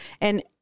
and-